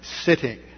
sitting